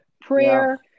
prayer